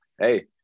hey